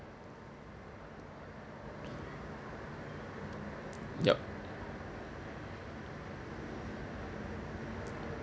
yup